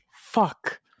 fuck